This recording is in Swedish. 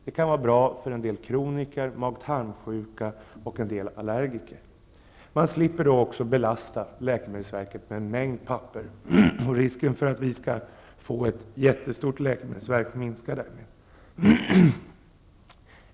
Det kan vara bra för en del kroniker, mag och tarmsjuka och allergiker. Läkemedelsverket behöver inte heller belastas med en mängd papper. Risken för att vi skall få ett jättestort läkemedelsverk minskar därmed.